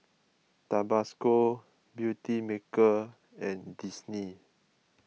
Tabasco Beautymaker and Disney